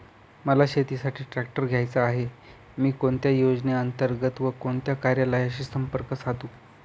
मला शेतीसाठी ट्रॅक्टर घ्यायचा आहे, मी कोणत्या योजने अंतर्गत व कोणत्या कार्यालयाशी संपर्क साधू?